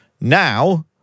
Now